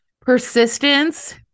persistence